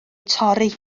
torri